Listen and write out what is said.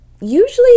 Usually